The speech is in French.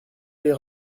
aller